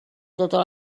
totes